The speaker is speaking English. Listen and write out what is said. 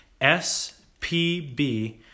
SPB